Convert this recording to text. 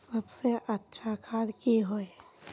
सबसे अच्छा खाद की होय?